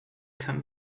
can